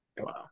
wow